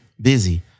busy